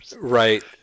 right